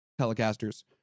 telecasters